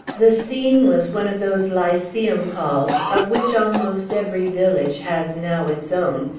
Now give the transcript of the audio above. the scene was one of those lyceum halls, of which almost every village has now its own,